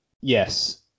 yes